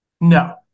No